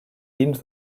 dins